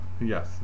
Yes